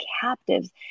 captives